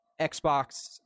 Xbox